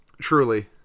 Truly